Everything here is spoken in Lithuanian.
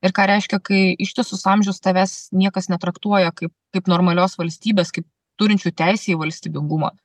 ir ką reiškia kai ištisus amžius tavęs niekas netraktuoja kaip kaip normalios valstybės kaip turinčiu teisę į valstybingumą